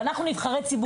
אנחנו נבחרי ציבור.